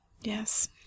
Yes